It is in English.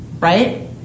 right